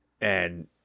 And-